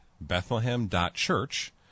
Bethlehem.Church